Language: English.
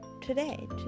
today